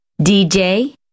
DJ